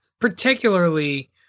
particularly